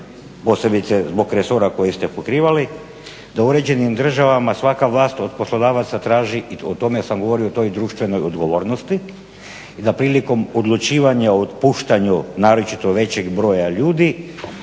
posebice zbog resora koji ste pokrivali, da u uređenim državama svaka vlast od poslodavaca traži i o tome sam govorio o toj društvenoj odgovornosti i da prilikom odlučivanja o otpuštanju naročito većeg broja ljudi,